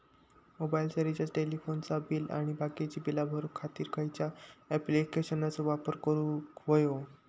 मोबाईलाचा रिचार्ज टेलिफोनाचा बिल आणि बाकीची बिला भरूच्या खातीर खयच्या ॲप्लिकेशनाचो वापर करूक होयो?